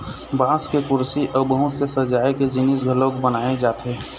बांस के कुरसी अउ बहुत से सजाए के जिनिस घलोक बनाए जाथे